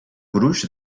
gruix